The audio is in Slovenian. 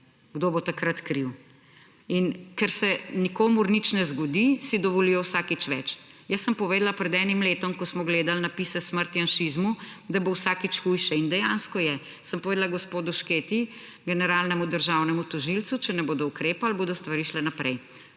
kdo bo takrat kriv. In ker se nikomur nič ne zgodi, si dovolijo vsakič več. Jaz sem povedala pred enim letom, ko smo gledali napise, smrt Janšizmu, da bo vsakič hujše. In dejansko je. Sem povedala gospodu Šketi, generalnemu državnemu tožilcu, če ne bodo ukrepali, bodo stvari šle naprej.